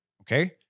okay